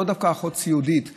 לאו דווקא "אחות סיעודית",